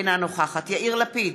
אינה נוכחת יאיר לפיד,